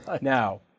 Now